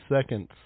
seconds